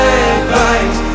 advice